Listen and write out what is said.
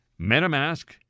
MetaMask